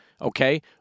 okay